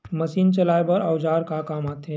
Machine चलाए बर औजार का काम आथे?